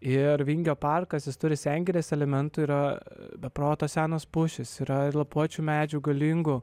ir vingio parkas jis turi sengirės elementų yra be proto senos pušys yra ir lapuočių medžių galingų